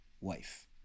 wife